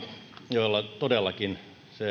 joilla todellakin